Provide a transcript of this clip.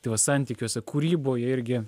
tai va santykiuose kūryboje irgi